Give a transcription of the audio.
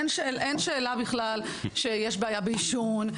אין שאלה בכלל שיש בעיה בעישון,